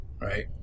right